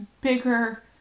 bigger